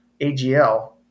AGL